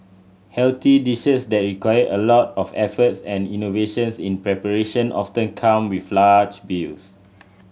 healthy dishes that require a lot of efforts and innovations in preparation often come with large bills